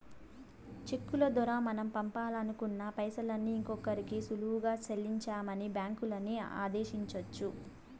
చెక్కుల దోరా మనం పంపాలనుకున్న పైసల్ని ఇంకోరికి సులువుగా సెల్లించమని బ్యాంకులని ఆదేశించొచ్చు